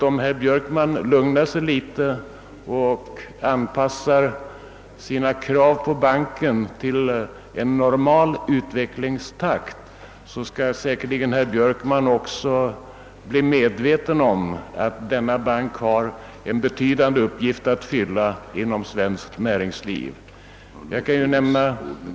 Om herr Björkman lugnar sig något och anpassar sina krav på banken till en normal utvecklingstakt, blir säkerligen också herr Björkman medveten om att denna bank har en betydande uppgift att fylla inom svenskt näringsliv.